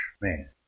Man